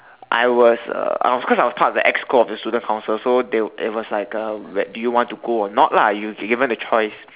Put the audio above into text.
I was uh I was cause I was part of the exco of the student council so they it was like uh do you want to go or not lah you given a choice